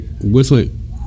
whistling